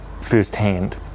firsthand